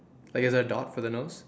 like is there a dot for the nose